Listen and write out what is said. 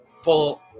Full